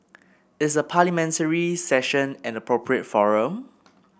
is a Parliamentary Session an appropriate forum